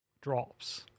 drops